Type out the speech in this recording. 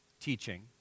teaching